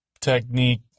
technique